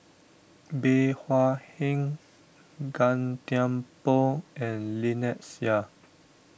Bey Hua Heng Gan Thiam Poh and Lynnette Seah